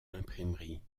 l’imprimerie